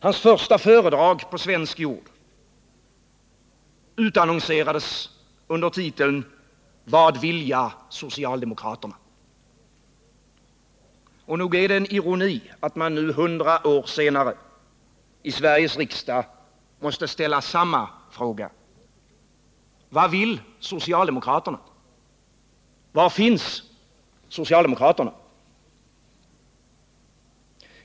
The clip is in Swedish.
Hans första föredrag på svensk jord utannonserades under titeln ”Hvad vilja sosialdemokraterna?” Nog är det en ironi att man nu, hundra år senare, i Sveriges riksdag måste ställa samma fråga. Vad vill socialdemokraterna? Var finns socialdemokraterna?